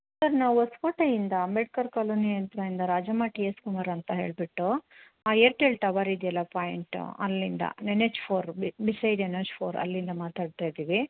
sir ನಾವು ಹೊಸ್ಕೋಟೆಯಿಂದ Ambedkar colony ಹತ್ರ ಇಂದ ರಾಜಮ್ಮ ಟಿ ಎಸ್ ಕುಮಾರ್ ಅಂತ ಹೇಳಿಬಿಟ್ಟು ಆ ಏರ್ಟೆಲ್ ಟವರ್ ಇದೆಯಲ್ಲ ಪಾಯಿಂಟು ಅಲ್ಲಿಂದ N H four beside N H four ಅಲ್ಲಿಂದ ಮಾತಾಡ್ತ ಇದ್ದೀವಿ